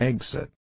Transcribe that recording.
Exit